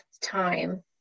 time